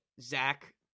Zach